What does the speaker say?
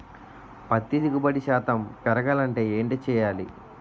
పత్తి దిగుబడి శాతం పెరగాలంటే ఏంటి చేయాలి?